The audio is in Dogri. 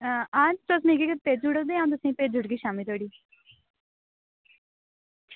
आं तुस मिगी भेजी ओड़ेओ ते अंऊ तुसेंगी भेजी ओड़गी शामीं धोड़ी